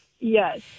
Yes